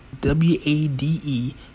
W-A-D-E